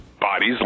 bodies